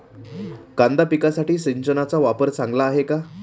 कांदा पिकासाठी सिंचनाचा वापर चांगला आहे का?